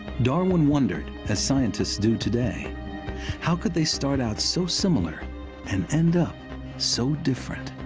darwin wondered, as scientists do today how could they start out so similar and end up so different?